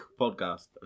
podcast